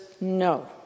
No